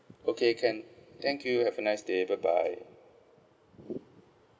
okay can thank you have a nice day bye bye